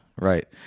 right